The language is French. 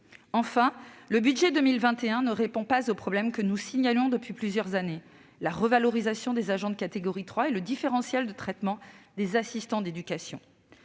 Enfin, le budget 2021 ne répond pas aux problèmes que nous signalons depuis plusieurs années : la revalorisation des agents de catégorie 3 et le différentiel de traitement des assistants d'éducation.